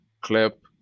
Clip